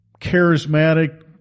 charismatic